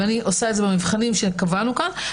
ואני עושה את זה במבחנים שקבענו כאן.